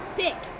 pick